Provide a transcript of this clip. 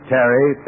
Terry